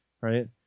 right